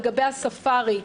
לגבי הספארי,